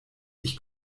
ich